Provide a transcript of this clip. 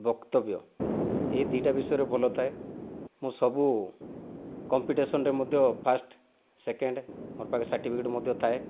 ବକ୍ତବ୍ୟ ଏ ଦୁଇଟା ବିଷୟରେ ଭଲ ଥାଏ ମୁଁ ସବୁ କମ୍ପିଟିସନ୍ରେ ମଧ୍ୟ ଫାଷ୍ଟ ସେକେଣ୍ଡ ମୋ'ର ପାଖେ ସାର୍ଟିଫିକେଟ ମଧ୍ୟ ଥାଏ